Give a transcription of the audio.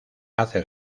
hace